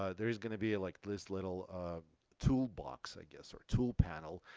ah there is going to be like this little um tool box, i guess, or tool panel,